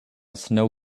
snow